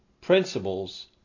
principles